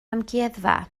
amgueddfa